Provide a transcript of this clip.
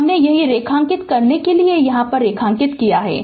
हमने यहीं रेखांकित करने के लिए यहां रेखांकित किया है